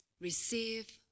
Receive